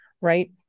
right